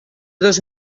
dos